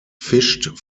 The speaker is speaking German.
fischt